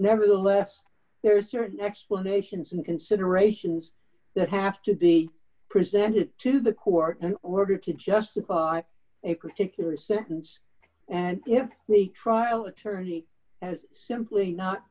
nevertheless there are certain explanations and considerations that have to be presented to the court an order to justify a particular sentence and if the trial attorney has simply not